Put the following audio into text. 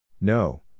No